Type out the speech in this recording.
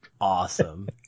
awesome